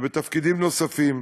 ובתפקידים נוספים,